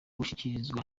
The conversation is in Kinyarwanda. gushyikirizwa